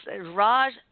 Raj